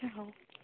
ହଉ